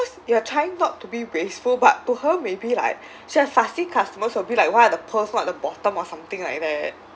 because you are trying not to be graceful but to her maybe like so like fussy customers will be like why are the pearls so at bottom or something like that